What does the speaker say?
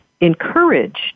encouraged